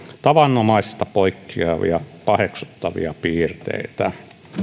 tavanomaisesta poikkeavia paheksuttavia piirteitä